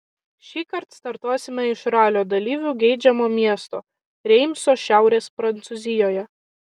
šįkart startuosime iš ralio dalyvių geidžiamo miesto reimso šiaurės prancūzijoje